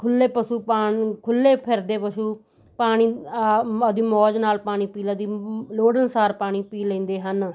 ਖੁੱਲ੍ਹੇ ਪਸ਼ੂ ਪਾਨ ਖੁੱਲ੍ਹੇ ਫਿਰਦੇ ਪਸ਼ੂ ਪਾਣੀ ਆ ਆਪਣੀ ਮੌਜ ਨਾਲ ਪਾਣੀ ਪੀ ਲਦੀ ਲੋੜ ਅਨੁਸਾਰ ਪਾਣੀ ਪੀ ਲੈਂਦੇ ਹਨ